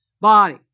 body